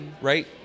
right